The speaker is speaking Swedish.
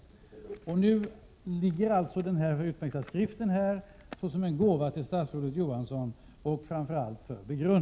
Nu ligger således den utmärkta skriften här för begrundande och såsom en gåva till statsrådet Johansson.